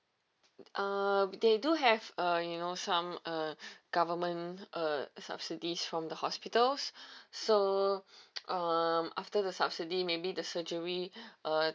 uh they do have uh you know some uh government uh subsidies from the hospitals so um after the subsidy maybe the surgery uh